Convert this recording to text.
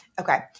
Okay